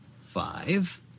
five